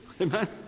Amen